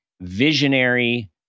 visionary